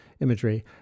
imagery